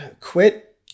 quit